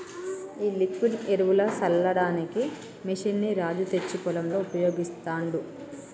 ఈ లిక్విడ్ ఎరువులు సల్లడానికి మెషిన్ ని రాజు తెచ్చి పొలంలో ఉపయోగిస్తాండు